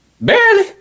Barely